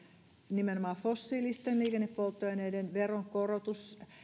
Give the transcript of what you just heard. nimenomaan fossiilisten liikennepolttoaineiden veronkorotus